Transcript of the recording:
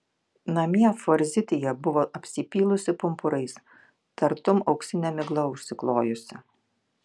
namie forzitija buvo apsipylusi pumpurais tartum auksine migla užsiklojusi